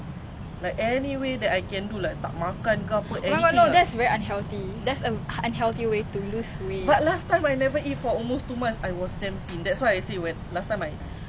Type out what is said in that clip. then you will rebound back ya so now I think you are damn traumatised too oh my god that was so bad but then like you didn't know